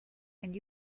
and